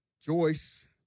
Joyce